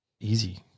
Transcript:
Easy